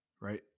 right